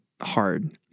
hard